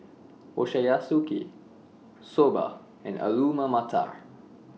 Ochazuke Soba and Alu Matar